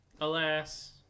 Alas